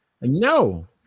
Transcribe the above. No